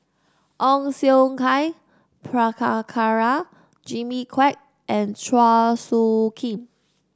Ong Siong Kai Prabhakara Jimmy Quek and Chua Soo Khim